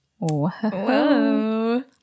whoa